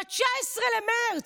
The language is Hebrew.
ב-19 במרץ,